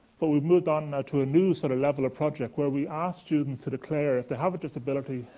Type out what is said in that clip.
but we've moved on now to a new sort of level of project, where we ask students to declare if they have a disability.